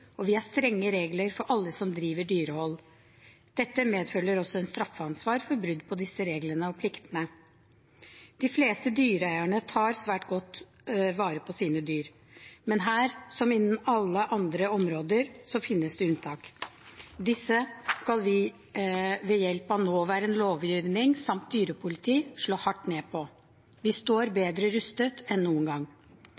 og vi har strenge regler for alle som driver dyrehold. Det medfører straffansvar for brudd på disse reglene og pliktene. De fleste dyreeierne tar svært godt vare på sine dyr. Men her, som innen alle andre områder, finnes det unntak. Disse skal vi ved hjelp av nåværende lovgivning samt dyrepoliti slå hardt ned på. Vi står